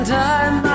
time